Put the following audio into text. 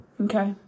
Okay